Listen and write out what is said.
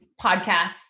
podcasts